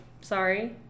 sorry